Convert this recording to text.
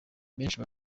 benshi